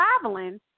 traveling